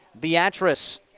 Beatrice